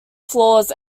floors